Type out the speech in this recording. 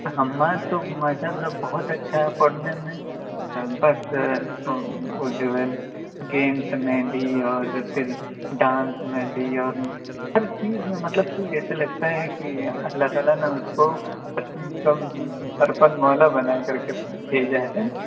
حماد تو ماشاء اللہ بہت اچھا ہے پڑھنے میں بس تھو وہ جو ہے گیمس میں بھی اور پھر ڈانس میں بھی اور ہر چیز میں مطلب کہ جیسے لگتا ہے کہ اللہ تعالیٰ نے اس کو ہر چیز کا ہر فن مولا بنا کر کے بھیجا ہے